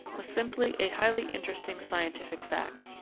was simply a highly interesting scientific fact.